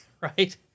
Right